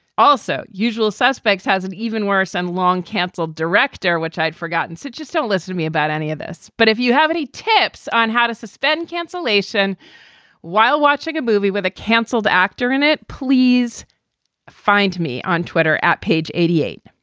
also usual suspects has an even worse and long canceled director, which i'd forgotten since. just don't listen me about any of this. but if you have any tips on how to suspend cancellation while watching a movie with a canceled actor in it, please find me on twitter at page eighty eight.